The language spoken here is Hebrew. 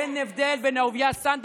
אין הבדל בין אהוביה סנדק,